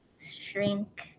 shrink